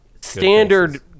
standard